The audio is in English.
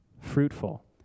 fruitful